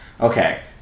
Okay